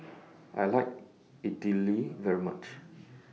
I like Idili very much